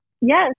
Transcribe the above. Yes